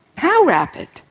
how rapid?